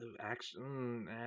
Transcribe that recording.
action